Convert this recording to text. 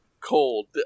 cold